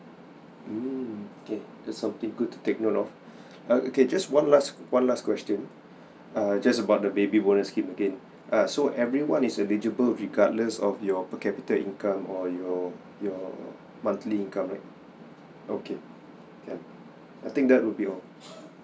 mm okay it's something good to take note of err okay just one last one last question err just about the baby bonus scheme again (uherr so everyone is eligible regardless of your per capita income or your or your monthly income right okay can I think that will be all